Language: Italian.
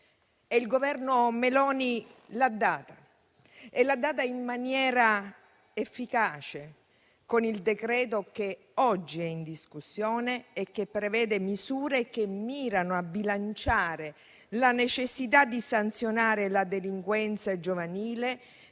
Il Governo Meloni l'ha data e l'ha data in maniera efficace, con il decreto-legge che oggi è in discussione e che prevede misure che mirano a bilanciare la necessità di sanzionare la delinquenza giovanile